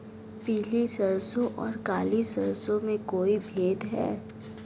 पीली सरसों और काली सरसों में कोई भेद है?